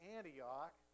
Antioch